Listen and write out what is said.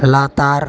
ᱞᱟᱛᱟᱨ